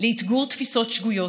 לאתגור תפיסות שגויות,